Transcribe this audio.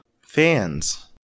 Fans